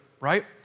right